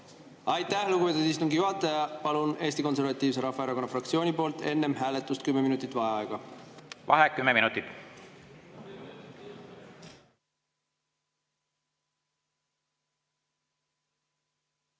Aitäh, lugupeetud istungi juhataja! Palun Eesti Konservatiivse Rahvaerakonna fraktsiooni nimel enne hääletust kümme minutit vaheaega. Vaheaeg kümme minutit.V